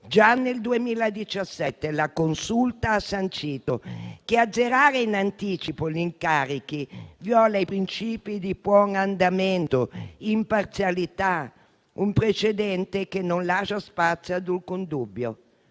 già nel 2017 la Consulta aveva sancito che azzerare in anticipo gli incarichi viola i principi di buon andamento e imparzialità; è un precedente che non lascia spazio ad alcun dubbio.